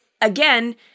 again